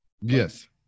Yes